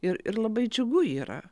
ir ir labai džiugu yra